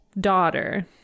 daughter